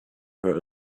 her